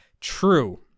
true